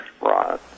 Right